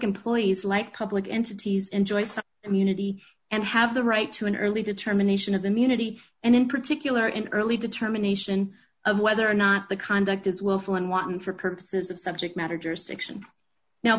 employees like public entities enjoy such immunity and have the right to an early determination of immunity and in particular in early determination of whether or not the conduct is willful and wanton for purposes of subject matter jurisdiction no